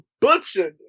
Butcher